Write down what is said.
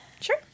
Sure